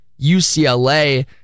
UCLA